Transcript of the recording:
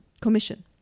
commission